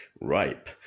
ripe